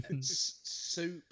soup